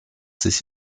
sich